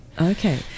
okay